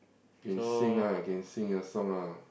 can sing ah can sing a song ah